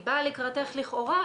היא באה לקראתך לכאורה,